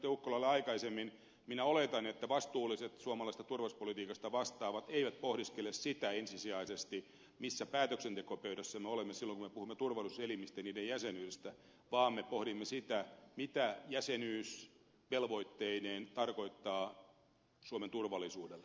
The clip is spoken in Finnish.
ukkolalle aikaisemmin minä oletan että vastuulliset suomalaisesta turvallisuuspolitiikasta vastaavat eivät pohdiskele ensisijaisesti sitä missä päätöksentekopöydässä me olemme silloin kun me puhumme turvallisuuselimistä ja niiden jäsenyydestä vaan me pohdimme sitä mitä jäsenyys velvoitteineen tarkoittaa suomen turvallisuudelle